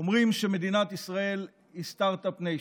אומרים שמדינת ישראל היא סטרטאפ ניישן,